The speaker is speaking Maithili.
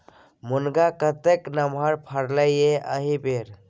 मुनगा कतेक नमहर फरलै ये एहिबेर